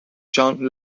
john